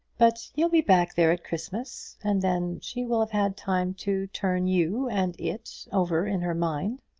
but you'll be back there at christmas, and then she will have had time to turn you and it over in her mind.